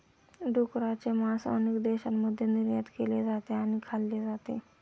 डुकराचे मांस अनेक देशांमध्ये निर्यात केले जाते आणि खाल्ले जाते